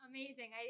Amazing